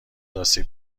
آسیب